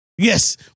Yes